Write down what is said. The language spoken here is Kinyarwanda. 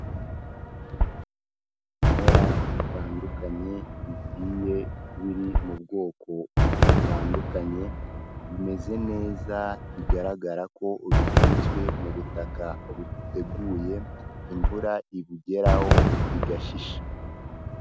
Ibimera bitandukanye bigiye biri mu bwoko butandukanye, bimeze neza bigaragara ko bihinzwe mu butaka buteguye, imvura ibugeraho bigashisha.